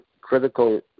Critical